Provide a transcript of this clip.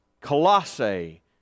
Colossae